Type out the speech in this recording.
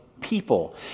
people